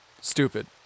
stupid